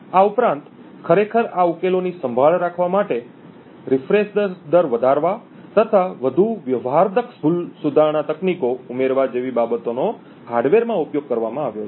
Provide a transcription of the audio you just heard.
આ ઉપરાંત ખરેખર આ ઉકેલોની સંભાળ રાખવા માટે રિફ્રેશ દર વધારવા તથા વધુ વ્યવહારદક્ષ ભૂલ સુધારણા તકનીકો ઉમેરવા જેવી બાબતોનો હાર્ડવેરમાં ઉપયોગ કરવામાં આવ્યો છે